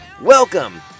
Welcome